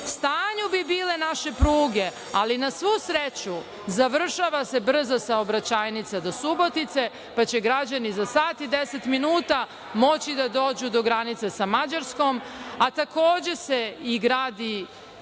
stanju bi bile naše pruge. Na svu sreću završava se brzo saobraćajnica do Subotice, pa će građani za sat i 10 minuta moći da dođu do granice sa Mađarskom. Takođe se gradi